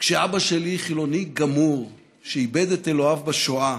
כשאבא שלי, חילוני גמור שאיבד את אלוהיו בשואה,